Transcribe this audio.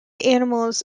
animals